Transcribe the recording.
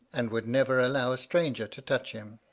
and would never allow a stranger to touch him.